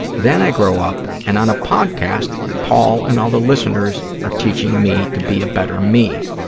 then i grow up and on a podcast paul and all the listeners are teaching me to be a better me.